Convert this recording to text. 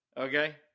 Okay